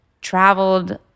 traveled